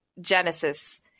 Genesis